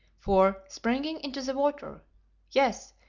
for springing into the water yes,